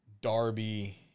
Darby